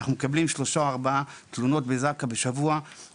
אנחנו מקבלים שלוש או ארבע תלונות בכל שבוע בנושא זה.